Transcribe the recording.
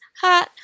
hot